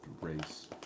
race